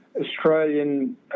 Australian